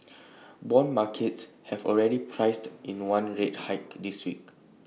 Bond markets have already priced in one rate hike this week